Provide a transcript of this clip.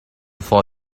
for